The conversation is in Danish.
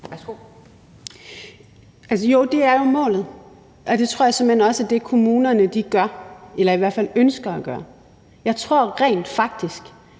(EL): Det er jo målet. Det tror jeg simpelt hen også er det, kommunerne gør – eller i hvert fald ønsker at gøre. Jeg tror rent faktisk,